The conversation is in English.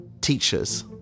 teachers